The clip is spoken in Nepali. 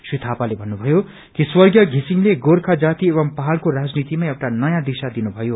त्री यापाले भन्नुमयो कि स्वर्गीय विसिङ्ले गोर्खा जाति एंव पहाइको राजनीतिमा एउटा नयों दिशा दिनु भयो